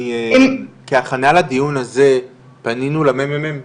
אני, כהכנה לדיון הזה פנינו לממ"מ